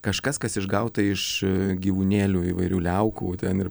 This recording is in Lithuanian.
kažkas kas išgauta iš gyvūnėlių įvairių liaukų ten ir